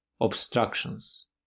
obstructions